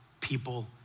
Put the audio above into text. people